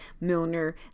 Milner